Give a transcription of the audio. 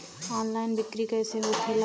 Online बिक्री कैसे होखेला?